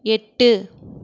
எட்டு